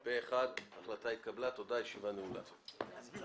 מי בעד, שירים את ידו.